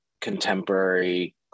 contemporary